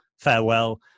farewell